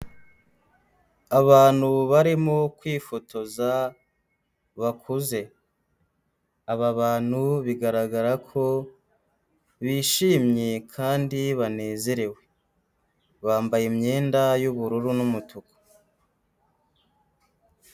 Abantu barimo kwifotoza bakuze. Aba bantu bigaragara ko bishimye kandi banezerewe, bambaye imyenda y'ubururu n'umutuku.